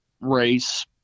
race